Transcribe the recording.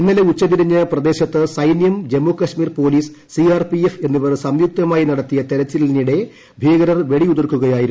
ഇന്നലെ ഉച്ചതിരിഞ്ഞ് പ്രദേശത്ത് സൈന്യം Jammu Kashmir police C R P F എന്നിവർ സംയുക്തമായി നടത്തിയ തെരച്ചിലിനിടെ ഭീകരർ വെടിയുതിർക്കുകയായിരുന്നു